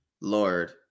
Lord